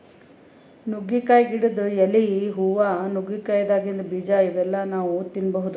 ನುಗ್ಗಿಕಾಯಿ ಗಿಡದ್ ಎಲಿ, ಹೂವಾ, ನುಗ್ಗಿಕಾಯಿದಾಗಿಂದ್ ಬೀಜಾ ಇವೆಲ್ಲಾ ನಾವ್ ತಿನ್ಬಹುದ್